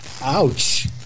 Ouch